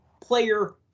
player